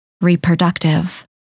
reproductive